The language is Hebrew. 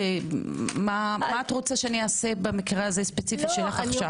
מה את רוצה שאני אעשה במקרה הספציפי שלך עכשיו?